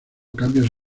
cambios